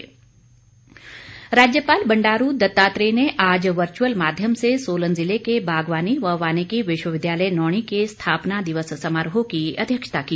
स्थापना दिवस राज्यपाल बंडारू दत्तात्रेय ने आज वर्चुअल माध्यम से सोलन ज़िले के बागवानी व वानिकी विश्वविद्यालय नौणी के स्थापना दिवस समारोह की अध्यक्षता की